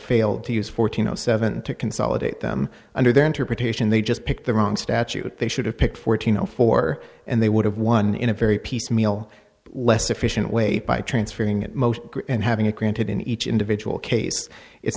failed to use fourteen zero seven to consolidate them under their interpretation they just picked the wrong statute they should have picked fourteen zero four and they would have won in a very piecemeal less efficient way by transferring it most and having it granted in each individual case it